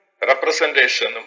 representation